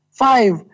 five